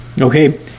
Okay